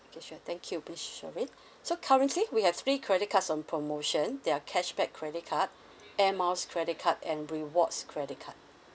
okay sure thank you miss shirlyn so currently we have three credit cards on promotion they are cashback credit card air miles credit card and rewards credit card